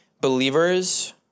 Believers